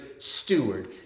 Steward